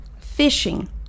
fishing